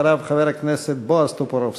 אחריו, חבר הכנסת בועז טופורובסקי.